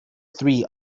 three